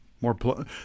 More